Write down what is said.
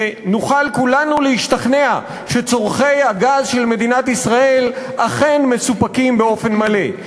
שנוכל כולנו להשתכנע שצורכי הגז של מדינת ישראל אכן מסופקים באופן מלא.